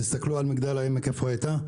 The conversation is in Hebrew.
תסתכלו על מגדל העמק איפה היא הייתה,